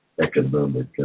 economic